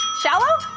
shallow.